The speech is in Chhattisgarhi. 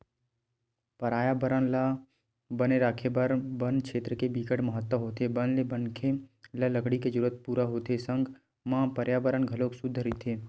परयाबरन ल बने राखे बर बन छेत्र के बिकट महत्ता होथे बन ले मनखे ल लकड़ी के जरूरत पूरा होथे संग म परयाबरन घलोक सुद्ध रहिथे